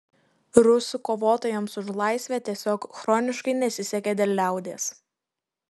rusų kovotojams už laisvę tiesiog chroniškai nesisekė dėl liaudies